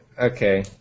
Okay